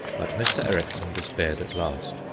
but mr. ericksson despaired at last.